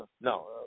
no